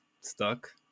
stuck